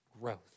growth